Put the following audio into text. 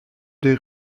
des